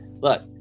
look